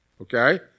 okay